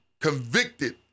convicted